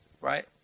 right